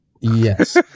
Yes